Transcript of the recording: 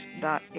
dot